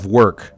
work